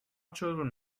children